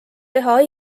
teha